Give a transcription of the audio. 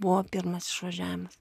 buvo pirmas išvažiavimas